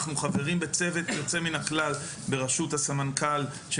אנחנו חברים בצוות יוצא מן הכלל בראשות הסמנכ"ל של